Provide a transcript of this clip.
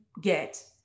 get